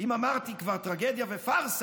אם כבר אמרתי טרגדיה ופארסה,